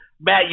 Matt